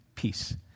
peace